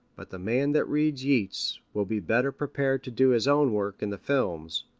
but the man that reads yeats will be better prepared to do his own work in the films,